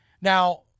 Now